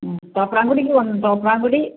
മ്മ് തോപ്രാംകുടിക്ക് തോപ്രാംകുടി